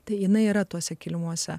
tai jinai yra tuose kilimuose